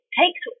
takes